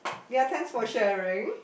ya thanks for sharing